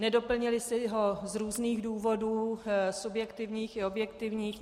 Nedoplnili si ho z různých důvodů subjektivních i objektivních.